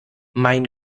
mein